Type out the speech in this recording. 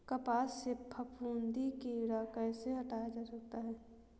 कपास से फफूंदी कीड़ा कैसे हटाया जा सकता है?